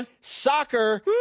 soccer